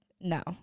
no